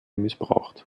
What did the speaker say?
missbraucht